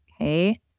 Okay